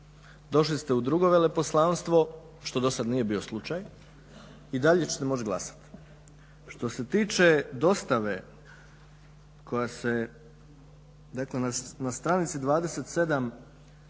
došli ste u drugo veleposlanstvo, što dosad nije bio slučaj, i dalje ćete moći glasati. Što se tiče dostave koja se dakle na stranici 27.